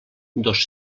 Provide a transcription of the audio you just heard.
dos